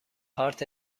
کارت